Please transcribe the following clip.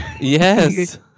yes